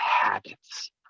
habits